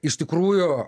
iš tikrųjų